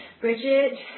Bridget